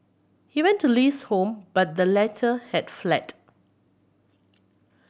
he went to Li's home but the letter had fled